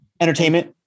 entertainment